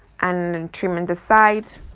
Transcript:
and and trimming the side